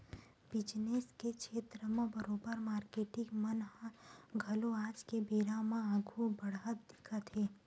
business के छेत्र म बरोबर मारकेटिंग मन ह घलो आज के बेरा म आघु बड़हत दिखत हे